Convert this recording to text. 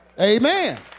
Amen